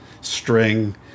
string